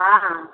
हाँ